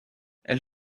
elle